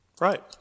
Right